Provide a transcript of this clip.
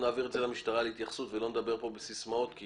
נעביר אותם למשטרה להתייחסות ולא נדבר כאן בסיסמאות כי